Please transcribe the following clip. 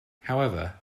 however